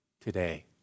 today